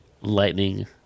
Lightning